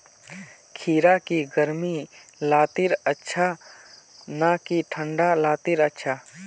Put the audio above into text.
खीरा की गर्मी लात्तिर अच्छा ना की ठंडा लात्तिर अच्छा?